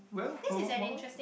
will what what what what